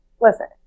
listen